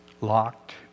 locked